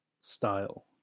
style